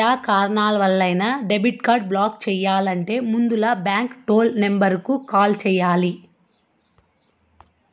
yeah కారణాలవల్లైనా debit card block చెయ్యాలంటే ముందల బాంకు టోల్ నెంబరుకు కాల్ చెయ్యాల్ల